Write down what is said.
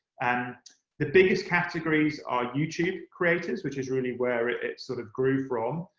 and the biggest categories are youtube creators, which is really where it sort of grew from.